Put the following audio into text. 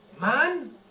Man